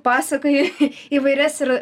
pasakojai įvairias ir